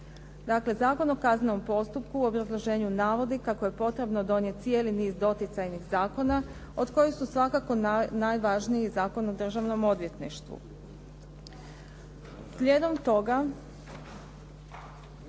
Zakon o kaznenom postupku u obrazloženju navodi kako je potrebno donijeti cijeli niz doticajnih zakona, od kojih su svakako najvažniji Zakon o državnom odvjetništvu. Slijedom toga